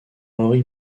henri